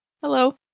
hello